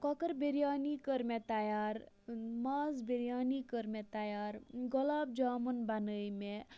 کۄکَر بِریانی کٔر مےٚ تَیار ماز بِریانی کٔر مےٚ تَیار گۄلاب جامُن بَنٲے مےٚ